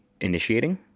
initiating